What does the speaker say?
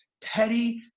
petty